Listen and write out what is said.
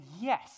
Yes